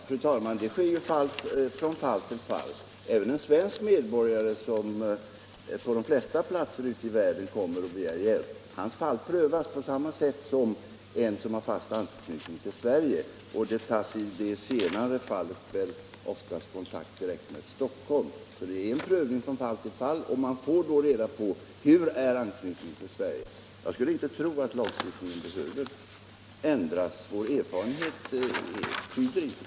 Fru talman! Det sker en prövning från fall till fall. På de flesta platser ute i världen får även en svensk medborgare, som kommer och begär hjälp, sitt fall prövat på samma sätt som när det gäller en person som har fast anknytning till Sverige. I det senare fallet tas det väl oftast kontakt direkt med Stockholm. Vid denna prövning får man reda på vilken anknytning till Sverige vederbörande har. Jag skulle inte tro att lagstiftningen behöver ändras. Vår erfarenhet tyder inte på det.